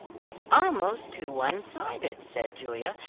it's almost too one-sided, said julia,